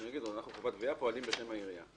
הם יגידו: אנחנו חברת גבייה שפועלת בשם העירייה.